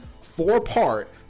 four-part